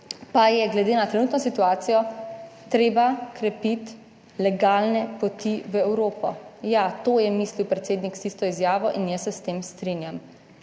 pa je glede na trenutno situacijo treba krepiti legalne poti v Evropo. Ja, to je mislil predsednik s tisto izjavo in jaz se s tem strinjam.